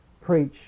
preach